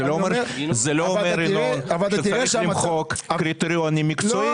צריך קריטריונים מקצועיים.